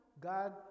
God